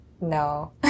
No